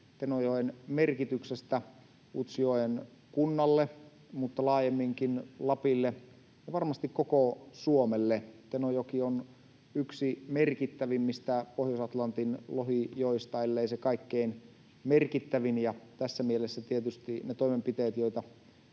Tenojoen merkityksestä Utsjoen kunnalle ja laajemminkin Lapille ja varmasti koko Suomelle. Tenojoki on yksi merkittävimmistä Pohjois-Atlantin lohijoista, ellei se kaikkein merkittävin, ja tässä mielessä tietysti ne toimenpiteet, joita